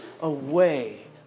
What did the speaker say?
away